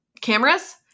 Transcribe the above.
cameras